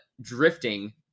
drifting